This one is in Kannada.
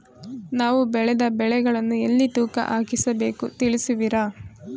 ನಾವು ಬೆಳೆದ ಬೆಳೆಗಳನ್ನು ಎಲ್ಲಿ ತೂಕ ಹಾಕಿಸ ಬೇಕು ತಿಳಿಸುವಿರಾ?